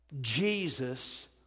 Jesus